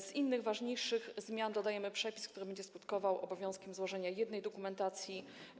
Z innych ważniejszych zmian dodajemy przepis, który będzie skutkował obowiązkiem złożenia jednej dokumentacji.